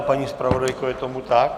Paní zpravodajko, je tomu tak?